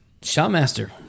Shotmaster